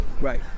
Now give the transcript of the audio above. Right